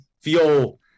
feel